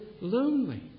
lonely